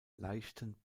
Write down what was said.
leichten